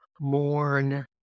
mourn